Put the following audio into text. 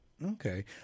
Okay